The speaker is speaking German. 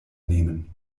nehmen